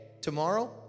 tomorrow